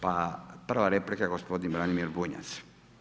Pa prva replika je gospodin Branimir Bunjac.